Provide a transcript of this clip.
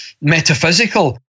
metaphysical